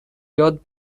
یاد